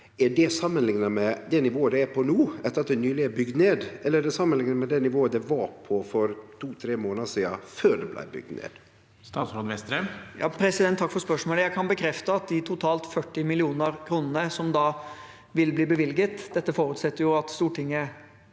Er det samanlikna med det nivået det er på no, etter at det nyleg er bygd ned, eller er det samanlikna med det nivået det var på for to–tre månader sidan, før det blei bygd ned? Statsråd Jan Christian Vestre Takk for spørsmålet. Jeg kan bekrefte at de totalt 40 mill. kr som vil bli bevilget – som forutsetter at Stortinget